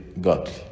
godly